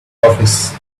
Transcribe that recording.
office